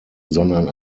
sondern